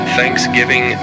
Thanksgiving